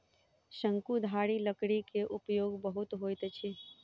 शंकुधारी लकड़ी के उपयोग बहुत होइत अछि